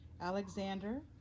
Alexander